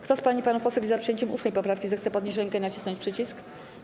Kto z pań i panów posłów jest za przyjęciem 8. poprawki, zechce podnieść rękę i nacisnąć przycisk.